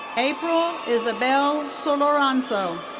april isabel solorzano.